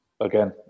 Again